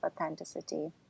authenticity